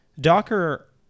Docker